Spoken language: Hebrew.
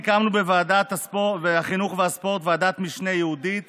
הקמנו בוועדת החינוך והספורט ועדת משנה ייעודית